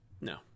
No